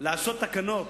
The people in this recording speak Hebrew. לעשות תקנות